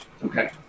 Okay